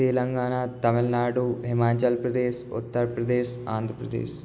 Telangana Tamil Nadu Himachal Pradesh Uttar Pradesh Andhra Pradesh